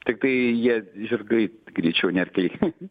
tiktai jie žirgai greičiau ne arkliai